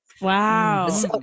Wow